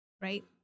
right